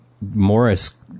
morris